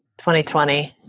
2020